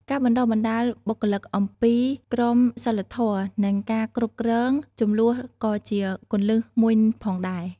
ការបណ្តុះបណ្តាលបុគ្គលិកអំពីក្រមសីលធម៌ និងការគ្រប់គ្រងជម្លោះក៏ជាគន្លឹះមួយផងដែរ។